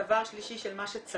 דבר שלישי של מה שצריך,